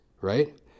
right